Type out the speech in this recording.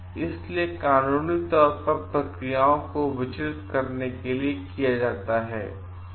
इसलिए यह कानूनी तौर पर प्रक्रियाओं को विचलित करने के लिए किया जाता है